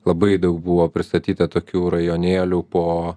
labai daug buvo pristatyta tokių rajonėlių po